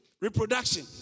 reproduction